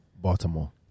Baltimore